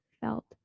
felt